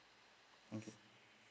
okay